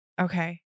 Okay